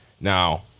Now